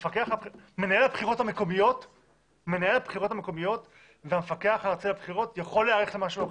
מנהל הבחירות המקומיות והמפקח על הבחירות יכול להיערך למשהו אחר.